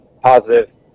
positive